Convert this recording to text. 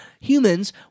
humans